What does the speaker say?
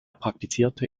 praktizierte